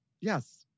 yes